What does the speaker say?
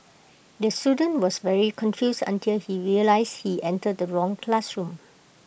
the student was very confused until he realised he entered the wrong classroom